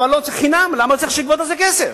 אבל למה צריך לגבות על כך כסף?